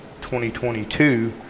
2022